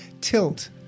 tilt